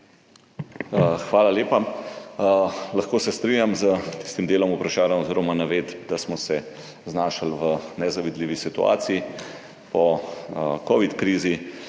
Hvala lepa. Lahko se strinjam s tistim delom vprašanja oziroma navedb, da smo se znašli v nezavidljivi situaciji – po covid krizi